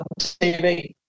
TV